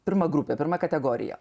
pirma grupė pirma kategorija